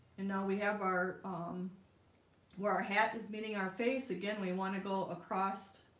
and now we have our um where our hat is meeting our face again, we want to go across